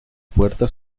puerta